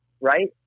right